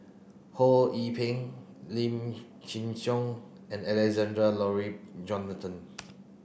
Ho Yee Ping Lim Chin Siong and Alexander Laurie Johnston